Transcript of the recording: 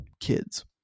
kids